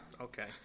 Okay